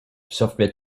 software